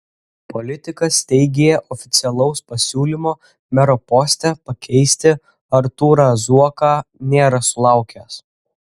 politikas teigė oficialaus pasiūlymo mero poste pakeisti artūrą zuoką nėra sulaukęs